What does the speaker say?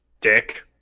Dick